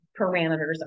parameters